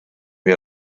wir